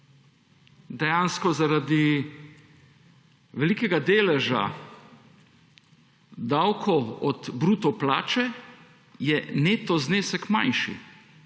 Dejansko je zaradi velikega deleža davkov od bruto plače neto znesek manjši